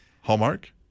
Hallmark